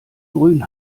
grün